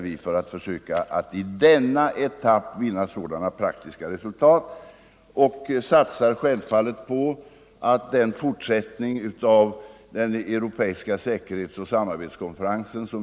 Vi försöker i denna etapp få fram sådana praktiska resultat och satsar självfallet på en fortsättning av den europeiska säkerhetsoch samarbetskonferensen.